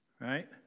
right